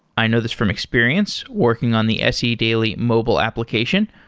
i know this from experience working on the se daily mobile application.